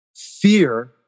Fear